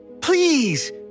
please